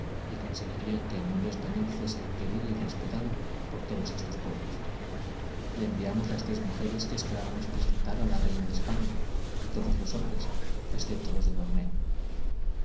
y conseguirían que el nombre español fuese querido y respetado por todos estos pueblos le enviamos las tres mujeres que esperábamos presentar a la reina de españa y todos los hombres excepto los de